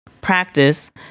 practice